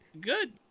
good